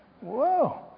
Whoa